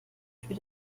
für